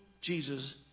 Jesus